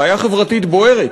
בעיה חברתית בוערת,